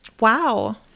Wow